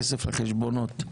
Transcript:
כסף לחשבונות.